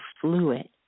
fluid